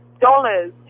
dollars